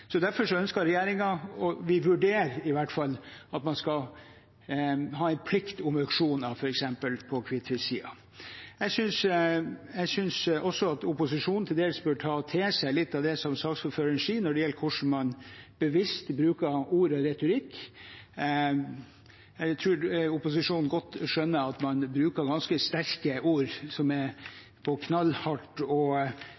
Derfor ønsker regjeringen, vi vurderer det i hvert fall, at man f.eks. skal ha en plikt om auksjoner på hvitfisksiden. Jeg synes også at opposisjonen til dels bør ta til seg litt av det saksordføreren sier når det gjelder hvordan man bevisst bruker ord og retorikk. Jeg tror opposisjonen godt skjønner at man bruker ganske sterke ord – knallhard, knusende kritikk, «blame game» og andre uttrykk. Jeg tenker at det er